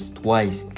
twice